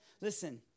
Listen